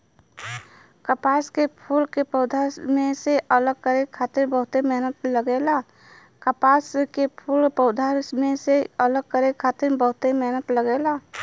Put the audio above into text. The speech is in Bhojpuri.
कपास के फूल के पौधा में से अलग करे खातिर बहुते मेहनत लगेला